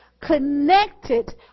connected